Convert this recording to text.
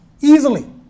easily